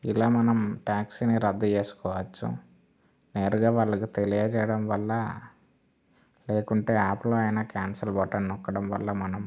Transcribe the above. ఇలా మనం ట్యాక్సీని రద్దు చేసుకోవచ్చు నేరుగా వాళ్ళకి తెలియజేయడంవల్ల లేకుంటే యాపులో అయినా క్యాన్సల్ బటన్ నొక్కడం వల్ల మనం